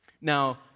Now